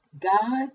God